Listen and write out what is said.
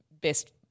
best